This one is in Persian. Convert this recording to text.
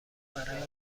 برای